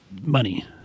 money